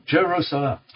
Jerusalem